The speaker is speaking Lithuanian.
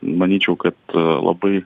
manyčiau kad labai